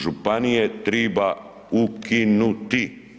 Županije treba ukinuti.